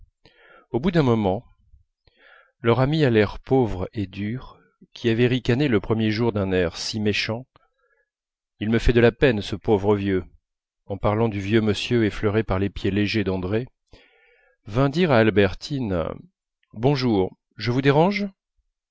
au bout d'un moment leur amie à l'air pauvre et dur qui avait ricané le premier jour d'un air si méchant il me fait de la peine ce pauvre vieux en parlant du vieux monsieur effleuré par les pieds légers d'andrée vint dire à albertine bonjour je vous dérange